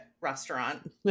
restaurant